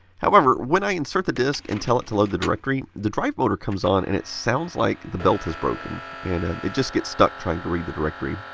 however, when i insert the disk, and tell it to load the directory, the drive motor comes on and it sounds like the belt has broken, and ah it just gets stuck trying to read the directory.